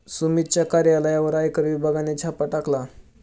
सुमितच्या कार्यालयावर आयकर विभागाने छापा टाकला